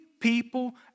people